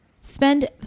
Spend